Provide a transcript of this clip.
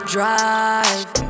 drive